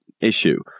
issue